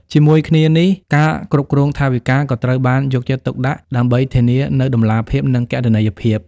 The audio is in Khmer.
ជាមួយគ្នានេះ ការគ្រប់គ្រងថវិកាក៏ត្រូវបានយកចិត្តទុកដាក់ ដើម្បីធានានូវតម្លាភាព និងគណនេយ្យភាព។